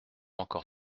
encore